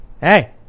hey